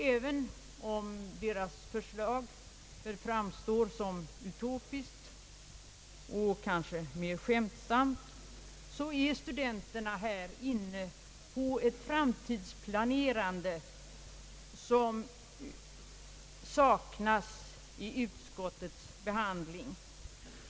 Även om deras förslag väl framstår som utopiskt, och kanske skämtsamt, så är studenterna inne på ett framtidsplanerande som saknas i utskottets behandling.